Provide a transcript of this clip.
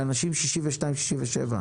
לאנשים בגילאים 62 67?